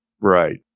Right